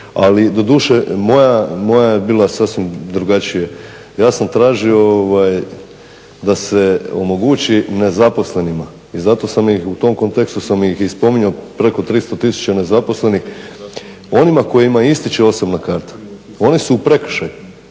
Ali doduše moja je bila sasvim drugačija. Ja sam tražio da se omogući nezaposlenima i zato sam ih i u tom kontekstu sam ih i spominjao preko 300 tisuća nezaposlenih. Onima kojima ističe osobna karta, oni su u prekršaju.